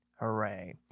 hooray